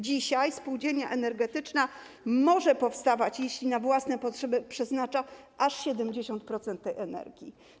Dzisiaj spółdzielnia energetyczna może powstać, jeśli na własne potrzeby będzie przeznaczać aż 70% energii.